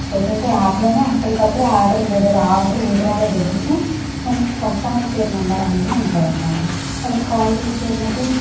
లేకుంటే యాప్లోనే అప్పటికప్పుడే ఆర్డర్ దగ్గర ఆర్డర్ వివరాలు దగ్గరనే మనకి కస్టమర్ కేర్ నెంబర్ అనేది ఉంటుంది అనమాట వాళ్ళకి కాల్ చేసి వెంబడే